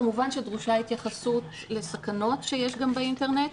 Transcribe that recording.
כמובן שדרושה התייחסות לסכנות שיש גם באינטרנט.